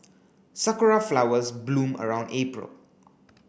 sakura flowers bloom around April